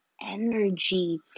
energy